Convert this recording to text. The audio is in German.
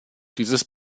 dieses